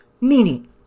meaning